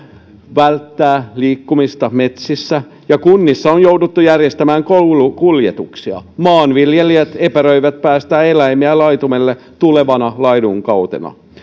välttävät liikkumista metsissä ja kunnissa on jouduttu järjestämään koulukuljetuksia maanviljelijät epäröivät päästää eläimiä laitumelle tulevana laidunkautena